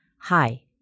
Hi